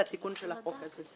לתיקון של החוק הזה.